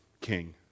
king